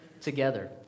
together